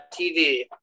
TV